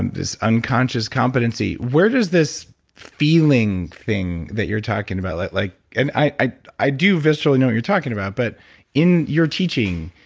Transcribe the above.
this unconscious competency where does this feeling thing that you're talking about? like like and i i do viscerally know what you're talking about, but in your teaching,